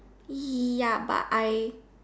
ya but I